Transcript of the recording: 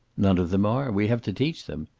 none of them are. we have to teach them.